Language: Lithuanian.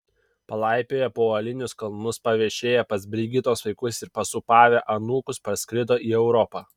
palaipioję po uolinius kalnus paviešėję pas brigitos vaikus ir pasūpavę anūkus parskrido į europą